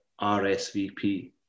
RSVP